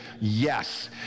Yes